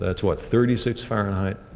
that's what, thirty six fahrenheit,